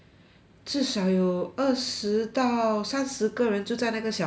至少有二十到三十个人就在那个小巴里面